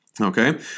Okay